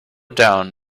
down